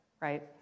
right